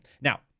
Now